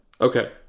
Okay